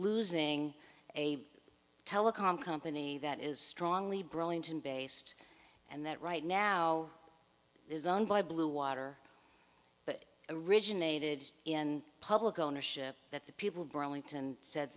losing a telecom company that is strongly burlington based and that right now is owned by blue water but originated in public ownership that the people burlington said